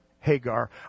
Hagar